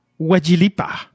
Wajilipa